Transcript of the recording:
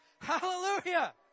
Hallelujah